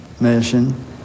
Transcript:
mission